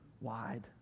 wide